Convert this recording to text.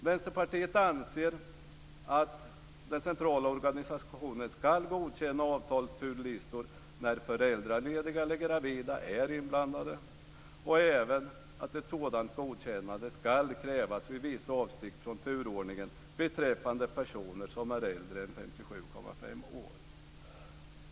Vänsterpartiet anser att den centrala organisationen ska godkänna avtalsturlistor när föräldralediga eller gravida är inblandade, och även att ett sådant godkännande ska krävas vid vissa avsteg från turordningen beträffande personer som är äldre än 57,5 år.